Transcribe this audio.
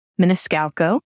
Miniscalco